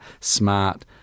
smart